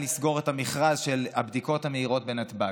לסגור את המכרז של הבדיקות המהירות בנתב"ג.